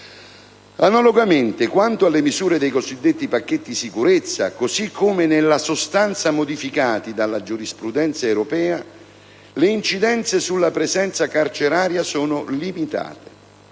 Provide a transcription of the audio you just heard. Analogamente, quanto alle misure dei cosiddetti pacchetti sicurezza, così come nella sostanza modificati dalla giurisprudenza europea, le incidenze sulla presenza carceraria sono limitate,